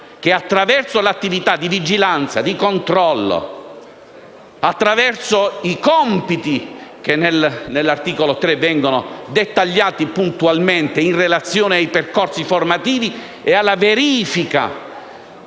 Attraverso l'attività di vigilanza e di controllo e i compiti che nell'articolo 3 vengono dettagliati puntualmente, in relazione ai percorsi formativi e alla verifica